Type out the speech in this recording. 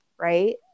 right